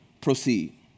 proceed